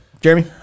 jeremy